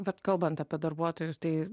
bet kalbant apie darbuotojus tai